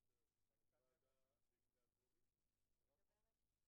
אנחנו חושבים שמכסות ימי המחלה שנקבעו לכל סוג: מחלת עובד,